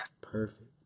Perfect